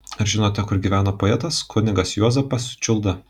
ar žinote kur gyveno poetas kunigas juozapas čiulda